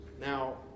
Now